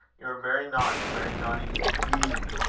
you are very naughty very naughty indeed.